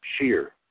Shear